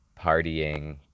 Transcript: partying